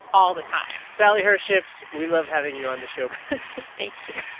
all the time sally herships, we love having you on the show thank you.